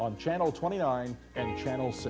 on channel twenty nine and channel